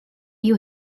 you